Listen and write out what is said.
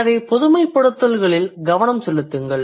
எனவே பொதுமைப்படுத்தல்களில் கவனம் செலுத்துங்கள்